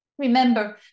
Remember